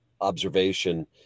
observation